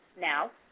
now,